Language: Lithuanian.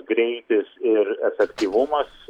greitis ir efektyvumas